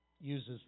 uses